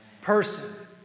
Person